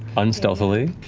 unstealthily.